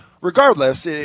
regardless